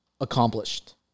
accomplished